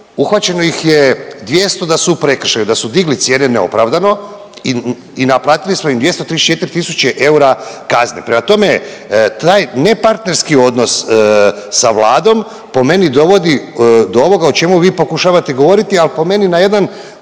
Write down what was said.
uhvaćeno ih je 200 da su u prekršaju, da su digli cijene neopravdano i naplatili smo im 234 tisuće eura kazne. Prema tome, taj nepartnerski odnos sa Vladom po meni dovodi do ovoga o čemu vi pokušavate govoriti, ali po meni na jedan,